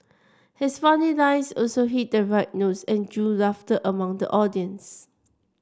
his funny lines also hit the right notes and drew laughter among the audience